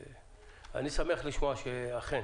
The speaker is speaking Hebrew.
אני שמח לשמוע שאתם אכן